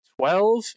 Twelve